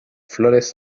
flores